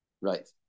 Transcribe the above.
right